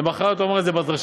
ולמחרת הוא אמר את זה בדרשה.